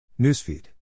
Newsfeed